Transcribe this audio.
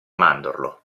mandorlo